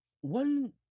One